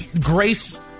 Grace